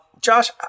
Josh